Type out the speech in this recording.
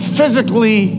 Physically